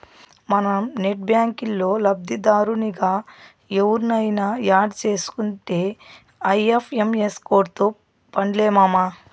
మనం నెట్ బ్యాంకిల్లో లబ్దిదారునిగా ఎవుర్నయిన యాడ్ సేసుకుంటే ఐ.ఎఫ్.ఎం.ఎస్ కోడ్తో పన్లే మామా